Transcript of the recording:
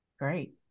Great